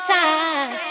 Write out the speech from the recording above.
time